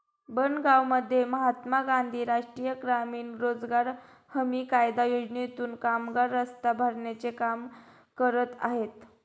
बनगावमध्ये महात्मा गांधी राष्ट्रीय ग्रामीण रोजगार हमी कायदा योजनेतून कामगार रस्ता भरण्याचे काम करत आहेत